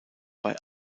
bei